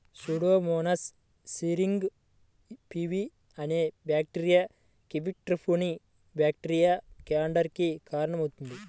Pseudomonas syringae PV అనే bacteria కివీఫ్రూట్లోని bacteria canker కి కారణమవుతుంది